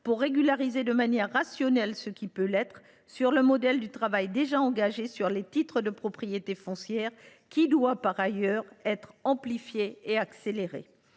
pour régulariser de manière rationnelle ce qui peut l’être, sur le modèle du travail déjà engagé sur les titres de propriété foncière, qui doit par ailleurs être amplifié et accéléré.